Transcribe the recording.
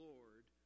Lord